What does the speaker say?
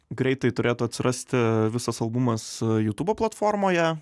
greitai turėtų atsirasti visas albumas jutubo platformoje